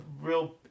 real